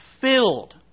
filled